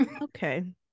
okay